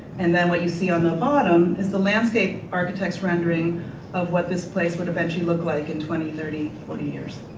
and then, what you see on the bottom, is the landscape architect's rendering of what this place would eventually look like in twenty, thirty, forty years.